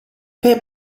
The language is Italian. per